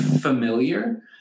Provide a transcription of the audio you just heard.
familiar